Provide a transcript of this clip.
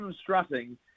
strutting